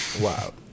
wow